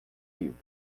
livre